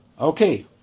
Okay